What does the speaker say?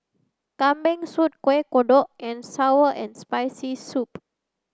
kambing soup kueh kodok and sour and spicy soup